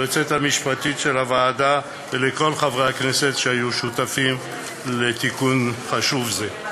ליועצת המשפטית של הוועדה ולכל חברי הכנסת שהיו שותפים לתיקון חשוב זה.